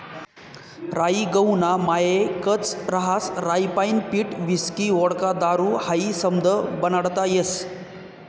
राई गहूना मायेकच रहास राईपाईन पीठ व्हिस्की व्होडका दारू हायी समधं बनाडता येस